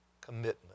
commitment